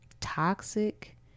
toxic